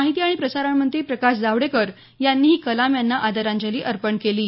माहिती आणि प्रसारणमंत्री प्रकाश जावडेकर यांनीही कलाम यांना आदरांजली अर्पण केली आहे